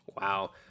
Wow